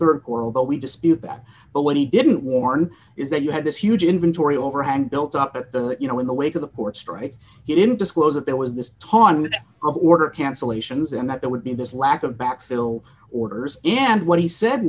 quarter but we dispute that but what he didn't warn is that you had this huge inventory overhang built up in the you know in the wake of the ports strike he didn't disclose that there was this taunt order cancellations and that there would be this lack of back fill orders and what he said